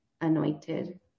anointed